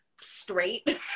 straight